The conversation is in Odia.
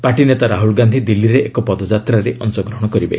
ପାଟି ନେତା ରାହୁଲ୍ ଗାନ୍ଧି ଦିଲ୍ଲୀରେ ଏକ ପଦଯାତ୍ରାରେ ଅଂଶଗ୍ରହଣ କରିବେ